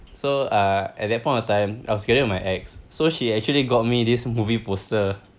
so uh at that point of time I was together with my ex so she actually got me this movie poster